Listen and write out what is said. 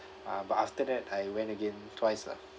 uh but after that I went again twice lah